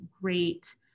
great